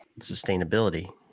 sustainability